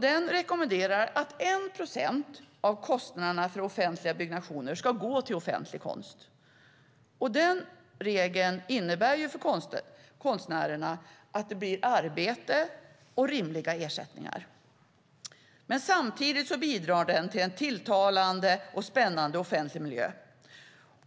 Den rekommenderar att 1 procent av kostnaderna för offentliga byggnationer ska gå till offentlig konst. För konstnärerna innebär regeln arbete och rimliga ersättningar. Samtidigt bidrar den till en tilltalande och spännande offentlig miljö.